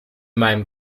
meinem